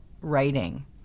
writing